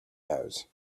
nose